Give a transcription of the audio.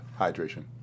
Hydration